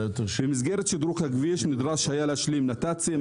במסגרת שדרוג הכביש נדרש היה להשלים נת"צים,